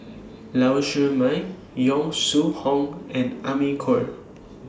Lau Siew Mei Yong Shu Hoong and Amy Khor